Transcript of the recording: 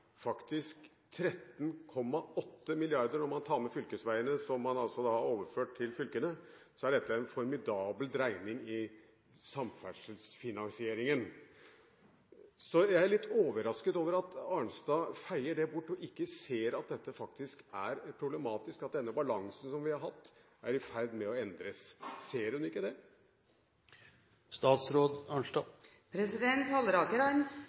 faktisk 13,8 mrd. kr om man tar med fylkesveiene som man har overført til fylkene, er dette en formidabel dreining i samferdselsfinansieringen. Så jeg er litt overrasket over at Arnstad feier det bort og ikke ser at det er problematisk at den balansen som vi har hatt, er i ferd med å endres. Ser hun ikke det? Halleraker